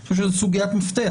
אני חושב שזו סוגיית מפתח